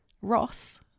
Ross